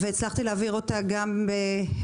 והצלחתי להעביר אותה גם במליאה,